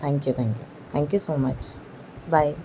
thank you thank you thank you so much bye